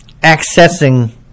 accessing